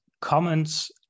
comments